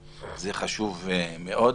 זה חשוב מאוד.